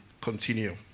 continue